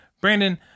Brandon